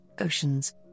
oceans